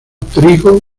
trigo